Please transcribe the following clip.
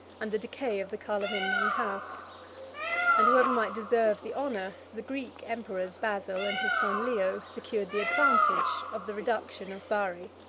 and the decay of the carlovingian house and whoever might deserve the honor, the greek emperors, basil, and his son leo, secured the advantage, of the reduction of bari